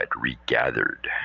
regathered